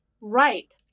right